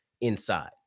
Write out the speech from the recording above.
inside